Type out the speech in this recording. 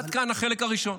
עד כאן החלק הראשון.